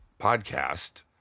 podcast